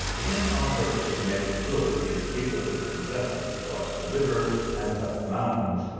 in our hurry to make good the escape of the princesses across the river and up the mountains,